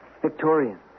Victorian